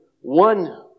one